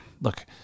look